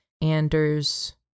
anders